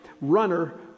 runner